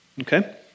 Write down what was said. Okay